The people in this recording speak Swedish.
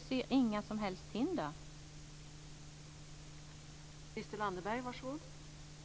Jag ser inga som helst hinder för detta.